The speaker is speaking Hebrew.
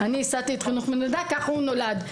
אני ייסדתי את חינוך מלידה, כך הוא נולד.